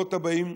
הדורות הבאים,